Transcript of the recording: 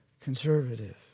conservative